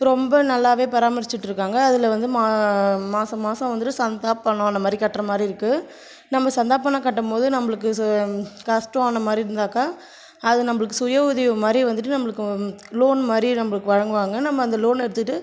ரொம்ப நல்லாவே பராமரிச்சுட்டு இருக்காங்க அதில் வந்து மா மாசம் மாசம் வந்துட்டு சந்தா பணம் அந்தமாதிரி கட்டுற மாதிரி இருக்குது நம்ம் சந்தா பணம் கட்டும் போது நம்மளுக்கு ஸோ கஷ்டம் அந்தமாதிரி இருந்தாக்கா அது நம்மளுக்கு சுய உதவி மாதிரி வந்துட்டு நம்மளுக்கு லோன் மாதிரி நம்மளுக்கு வழங்குவாங்க நம்ம அந்த லோன் எடுத்துகிட்டு